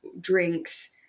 drinks